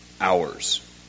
hours